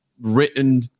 written